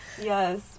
Yes